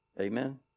Amen